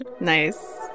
Nice